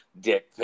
dick